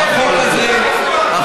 לכובש לא אומרים תודה רבה.